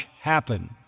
happen